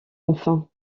enfin